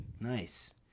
Nice